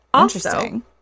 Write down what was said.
interesting